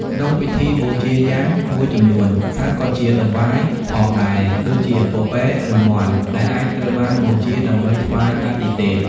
ក្នុងពិធីបូជាយញ្ញមួយចំនួន សត្វក៏ជាតង្វាផងដែរដូចជាពពែ ឬមាន់ ដែលអាចត្រូវបានបូជាដើម្បីថ្វាយអាទិទេព។